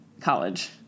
college